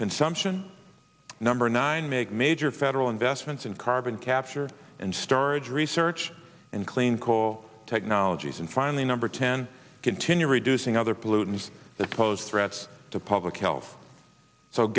consumption number nine make major federal investments in carbon capture and storage research in clean coal technologies and finally number ten continue reducing other pollutants that pose threats to public health so